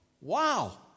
Wow